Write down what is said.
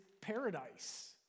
paradise